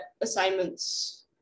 assignments